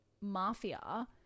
mafia